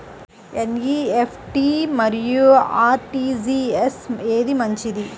NEFT మరియు RTGS ఏది మంచిది?